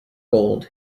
gold